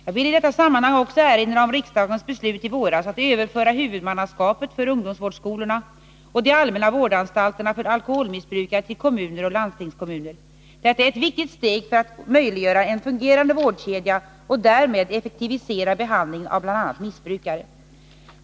Jag vill i detta sammanhang också erinra om riksdagens beslut i våras att överföra huvudmannaskapet för ungdomsvårdsskolorna och de allmänna vårdanstalterna för alkoholmissbrukare till kommuner och landstingskommuner. Detta är ett viktigt steg för att möjliggöra en fungerande vårdkedja och därmed effektivisera behandlingen av bl.a. missbrukare.